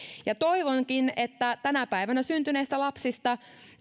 toivonkin että tänä päivänä syntyneistä lapsista